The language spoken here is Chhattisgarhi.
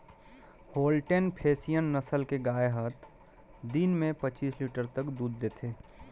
होल्टेन फेसियन नसल के गाय हत दिन में पच्चीस लीटर तक दूद देथे